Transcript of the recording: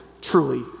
truly